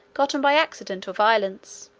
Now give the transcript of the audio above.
gotten by accident or violence